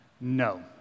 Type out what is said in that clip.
No